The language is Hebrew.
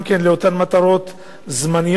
גם כן לאותן מטרות זמניות,